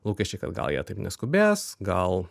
lūkesčiai kad gal jie taip neskubės gal